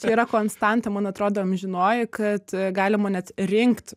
čia yra konstanta man atrodo amžinoji kad galima net rinkt